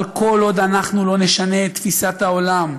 אבל כל עוד אנחנו לא נשנה את תפיסת העולם,